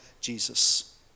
Jesus